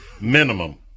minimum